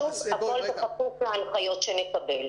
שוב, הכול בכפוף להנחיות שנקבל.